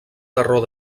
terror